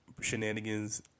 shenanigans